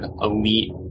elite